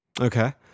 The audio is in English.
Okay